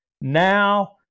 now